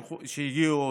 שהגיעו,